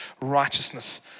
righteousness